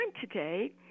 today